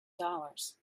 dollars